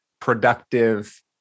productive